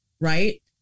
right